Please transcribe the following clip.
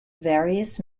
various